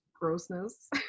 grossness